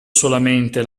solamente